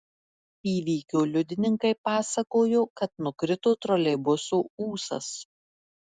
įvykio liudininkai pasakojo kad nukrito troleibuso ūsas